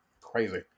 Crazy